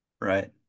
Right